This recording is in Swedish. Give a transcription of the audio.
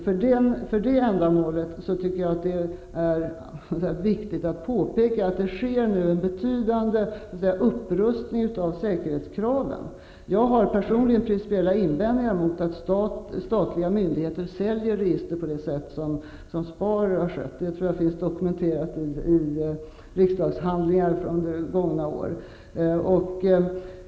För detta ändamål tycker jag att det är viktigt att påpeka att det nu sker en betydande upprustning av säkerhetskraven. Jag har personligen principiella invändningar mot att statliga myndigheter säljer register på det sätt som har skett i fråga om SPAR. Det tror jag finns dokumenterat i riksdagshandlingar från gångna år.